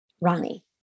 Ronnie